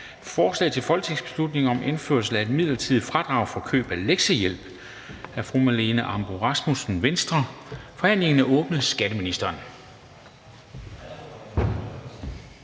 Forslag til folketingsbeslutning om indførsel af et midlertidigt fradrag for køb af lektiehjælp. Af Marlene Ambo-Rasmussen (V) m.fl. (Fremsættelse